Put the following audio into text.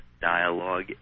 dialogue